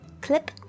clip